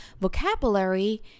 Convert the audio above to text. Vocabulary